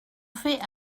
faits